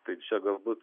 tai čia galbūt